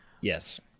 yes